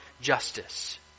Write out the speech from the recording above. justice